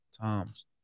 times